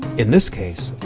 in this case,